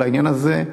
על העניין הזה,